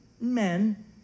men